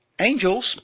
Angels